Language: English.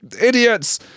idiots